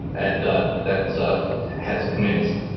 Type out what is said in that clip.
and that has commenced.